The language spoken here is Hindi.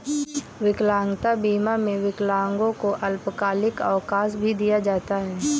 विकलांगता बीमा में विकलांगों को अल्पकालिक अवकाश भी दिया जाता है